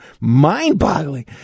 Mind-boggling